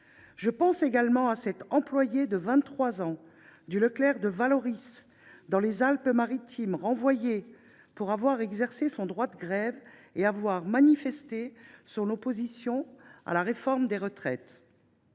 Je pense également à cette employée de 23 ans du Leclerc de Vallauris, dans les Alpes Maritimes, renvoyée pour avoir exercé son droit de grève et avoir manifesté son opposition à la réforme des retraites.